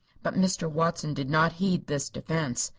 but mr. watson did not heed this defense.